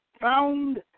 found